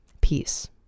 Peace